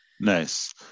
nice